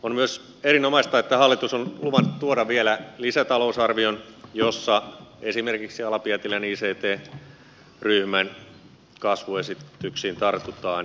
on myös erinomaista että hallitus on luvannut tuoda vielä lisätalousarvion jossa esimerkiksi ala pietilän ict ryhmän kasvuesityksiin tartutaan